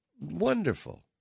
wonderful